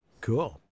Cool